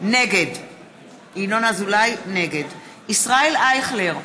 נגד ישראל אייכלר,